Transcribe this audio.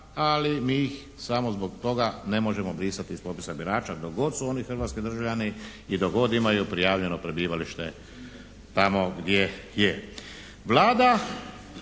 ali mi ih samo zbog toga ne možemo brisati iz popisa birača dok god su oni hrvatski državljani i dok imaju prijavljeno prebivalište tamo gdje je.